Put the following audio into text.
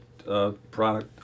product